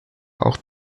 auch